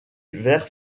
vert